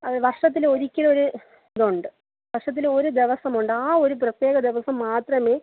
അത് വർഷത്തിലൊരിക്കലൊരു ഇതുണ്ട് വർഷത്തിലൊരു ദിവസമുണ്ട് ആ ഒരു പ്രത്യേകദിവസം മാത്രമേ